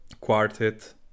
quartet